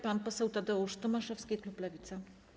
Pan poseł Tadeusz Tomaszewski, klub Lewica.